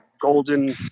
golden